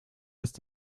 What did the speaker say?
ist